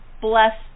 blessed